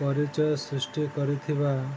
ପରିଚୟ ସୃଷ୍ଟି କରିଥିବା